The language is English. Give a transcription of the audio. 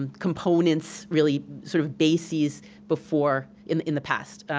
um components really sort of bases before, in the past.